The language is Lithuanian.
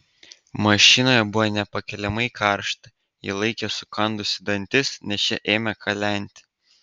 mašinoje buvo nepakeliamai karšta ji laikė sukandusi dantis nes šie ėmė kalenti